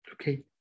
okay